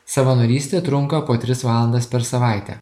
savanorystė trunka po tris valandas per savaitę